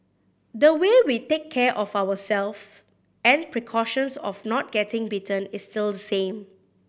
the way we take care of ourselves and precautions of not getting bitten is still the same